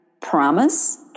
Promise